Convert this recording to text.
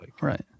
right